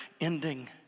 ending